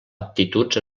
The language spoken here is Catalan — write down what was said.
aptituds